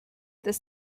this